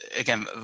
Again